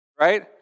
right